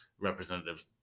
representatives